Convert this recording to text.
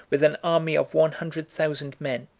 with an army of one hundred thousand men,